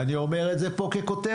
אני אומר את זה פה ככותרת.